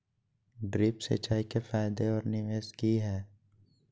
Drip सिंचाई के फायदे और निवेस कि हैय?